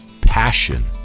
Passion